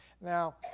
Now